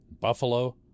Buffalo